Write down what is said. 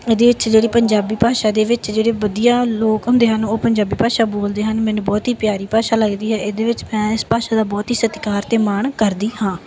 ਇਹਦੇ ਵਿੱਚ ਜਿਹੜੀ ਪੰਜਾਬੀ ਭਾਸ਼ਾ ਦੇ ਵਿੱਚ ਜਿਹੜੇ ਵਧੀਆ ਲੋਕ ਹੁੰਦੇ ਹਨ ਉਹ ਪੰਜਾਬੀ ਭਾਸ਼ਾ ਬੋਲਦੇ ਹਨ ਮੈਨੂੰ ਬਹੁਤ ਹੀ ਪਿਆਰੀ ਭਾਸ਼ਾ ਲੱਗਦੀ ਹੈ ਇਹਦੇ ਵਿੱਚ ਮੈਂ ਇਸ ਭਾਸ਼ਾ ਦਾ ਬਹੁਤ ਹੀ ਸਤਿਕਾਰ ਅਤੇ ਮਾਣ ਕਰਦੀ ਹਾਂ